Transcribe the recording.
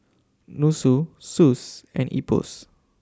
Nussu Suss and Ipos